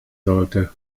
sollte